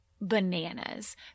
bananas